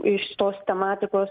iš tos tematikos